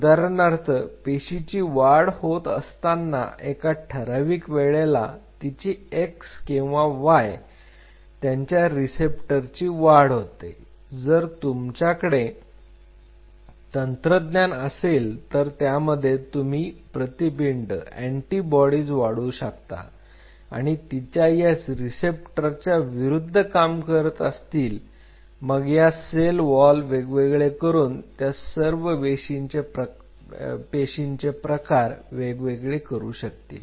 उदाहरणार्थ पेशींची वाढ होत असताना एका ठराविक वेळेला तिची x किंवा y असे त्यांच्या रिसप्टरची वाढ होते जर तुमच्याकडे तंत्रज्ञान असेल तर त्यामध्ये तुम्ही अँटीबॉडी वाढवू शकता तिच्या ह्या रिसेप्टर च्या विरुद्ध काम करतील आणि मग या सेल वॉल वेगवेगळे करून त्या सर्व पेशींचे प्रकार वेगवेगळे करू शकतील